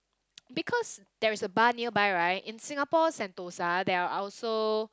because there is a bar nearby right in Singapore Sentosa there are also